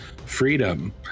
Freedom